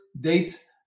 date